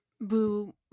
Boo